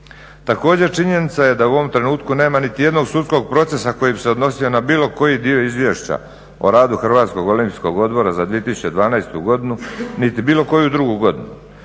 Također činjenica je da u ovom trenutku nema niti jednog sudskog procesa koji bi se odnosio na bilo koji dio izvješća o radu Hrvatskog olimpijskog odbora za 2012.godinu niti bilo koju drugu godinu.